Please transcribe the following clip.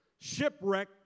shipwreck